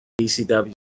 BCW